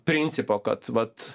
principo kad vat